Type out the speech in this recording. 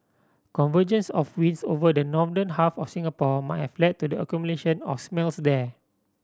convergence of winds over the northern half of Singapore might have led to the accumulation of smells there